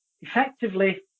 effectively